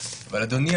אבל אדוני,